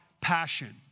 Passion